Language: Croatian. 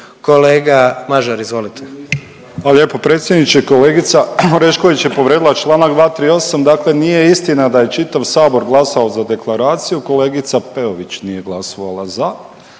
Nikola (HDZ)** Hvala lijepo predsjedniče. Kolegica Orešković je povrijedila čl. 238., dakle nije istina da je čitav Sabor glasao za deklaraciju, kolegica Peović nije glasovala za,